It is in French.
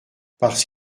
parce